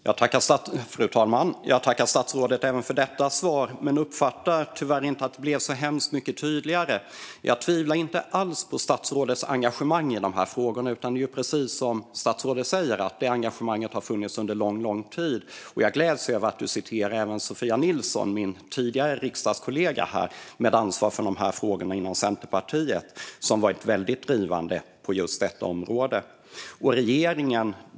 Fru talman! Jag tackar statsrådet även för detta svar, men uppfattar tyvärr inte att det blev så mycket tydligare. Jag tvivlar inte alls på statsrådets engagemang i de här frågorna. Precis som statsrådet säger har ju hennes engagemang funnits under lång tid. Jag gläds också över att hon citerar min tidigare riksdagskollega Sofia Nilsson med ansvar för de här frågorna inom Centerpartiet, som ju varit väldigt drivande inom detta område.